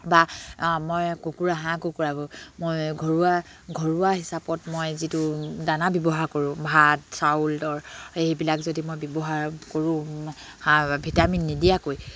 বা মই কুকুৰা হাঁহ কুকুৰাবোৰ মই ঘৰুৱা হিচাপত মই যিটো দানা ব্যৱহাৰ কৰোঁ ভাত চাউল সেইবিলাক যদি মই ব্যৱহাৰ কৰোঁ হাঁহ ভিটামিন নিদিয়াকৈ